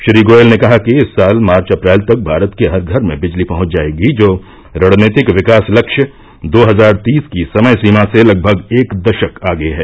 श्री गोयल ने कहा कि इस साल मार्च अप्रैल तक भारत के हर घर में बिजली पहच जायेगी जो रणनीतिक विकास लक्ष्य दो हजार तीस की समयसीमा से लगभग एक दशक आगे है